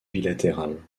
bilatérale